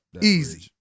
Easy